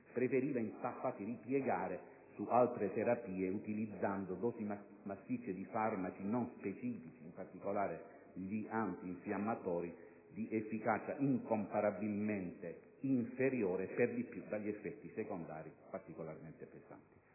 preferiva infatti ripiegare su altre terapie, utilizzando dosi massicce di farmaci non specifici (in particolare gli antinfiammatori), di efficacia incomparabilmente inferiore e, per di più, dagli effetti secondari particolarmente pesanti.